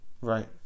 Right